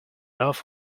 off